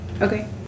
Okay